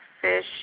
fish